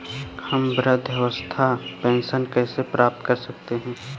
हम वृद्धावस्था पेंशन कैसे प्राप्त कर सकते हैं?